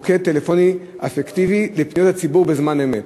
מוקד טלפוני אפקטיבי לפניות הציבור בזמן אמת?